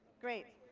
great.